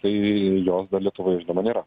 tai jos dar lietuvoje žinoma nėra